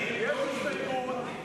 יש הסתייגות.